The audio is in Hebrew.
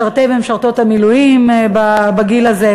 משרתי ומשרתות המילואים בגיל הזה.